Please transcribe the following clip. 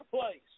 place